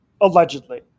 Allegedly